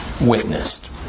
witnessed